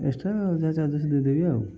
extra ଯାହା charges ଦେଇଦେବି ଆଉ